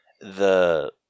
The-